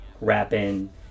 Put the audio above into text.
rapping